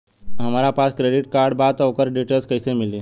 हमरा पास credit card बा त ओकर डिटेल्स कइसे मिली?